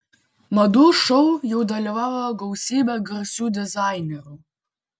madų šou jau dalyvavo gausybė garsių dizainerių